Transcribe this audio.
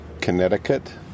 Connecticut